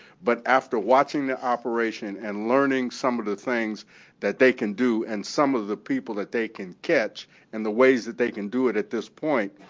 but after watching the operation and learning some of the things that they can do and some of the people that they can catch and the ways that they can do it at this point,